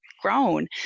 grown